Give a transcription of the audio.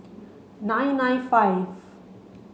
nine nine five